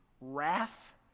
wrath